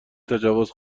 تجاوز